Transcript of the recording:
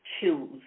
choose